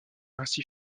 ainsi